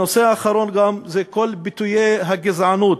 הנושא האחרון, כל ביטויי הגזענות,